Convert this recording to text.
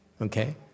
Okay